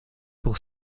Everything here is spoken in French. pour